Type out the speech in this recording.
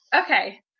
Okay